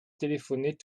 téléphoner